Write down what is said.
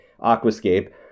aquascape